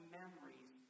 memories